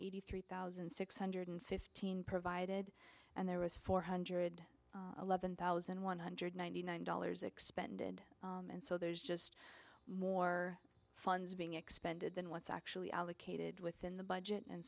eighty three thousand six hundred fifteen provided and there was four hundred eleven thousand one hundred ninety nine dollars expended and so there's just more funds being expended than what's actually allocated within the budget and